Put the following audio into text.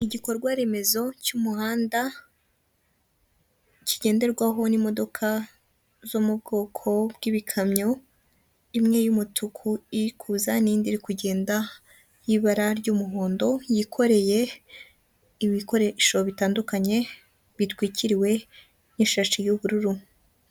Igikorwaremezo cy'umuhanda kigenderwaho n'imodoka zo mu bwoko bw'ibikamyo, imwe y'umutuku ikuza n'iri kugenda y'ibara ry'umuhondo, yikoreye ibikoresho bitandukanye bitwikiriwe n'ishashi y'ubururu.